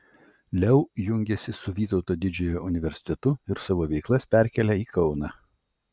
leu jungiasi su vytauto didžiojo universitetu ir savo veiklas perkelia į kauną